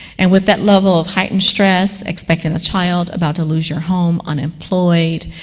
and with that level of heightened stress, expecting a child, about to lose your home, unemployed,